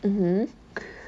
mmhmm